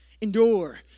Endure